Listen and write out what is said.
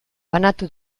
banatu